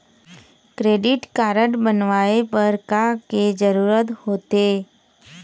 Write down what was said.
Credit card बनवाए बर का के जरूरत होते?